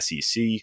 SEC